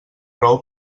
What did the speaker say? raó